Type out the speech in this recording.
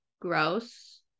gross